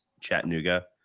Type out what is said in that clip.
chattanooga